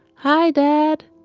hi, dad,